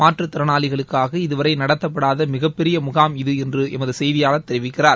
மாற்றுத்திறனாளிகளுக்காக இதுவரை நடத்தப்படாத மிகப்பெரிய முகாம் இது என்று எமது செய்தியாளர் தெரிவிக்கிறார்